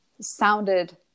sounded